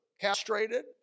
castrated